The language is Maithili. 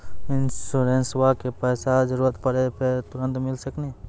इंश्योरेंसबा के पैसा जरूरत पड़े पे तुरंत मिल सकनी?